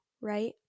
right